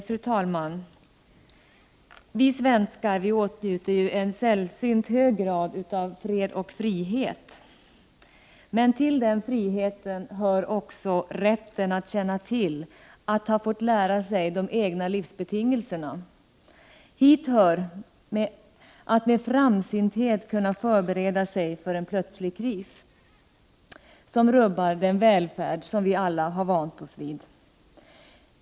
Fru talman! Vi svenskar åtnjuter en sällsynt hög grad av fred och frihet — men till den friheten hör också ansvaret att känna till och att lära sig de egna livsbetingelserna. Hit hör att med framsynthet kunna förbereda sig för en plötslig kris, som rubbar den välfärd som vi alla har vant oss vid.